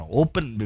open